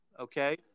okay